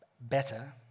better